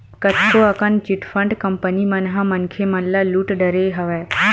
कतको अकन chit fund company मन ह मनखे मन ल लुट डरे हवय